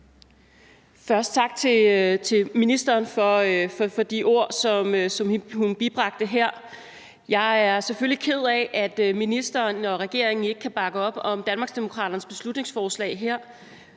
sige tak til ministeren for de ord, som hun bibragte her. Jeg er selvfølgelig ked af, at ministeren og regeringen ikke kan bakke op om Danmarksdemokraternes beslutningsforslag her.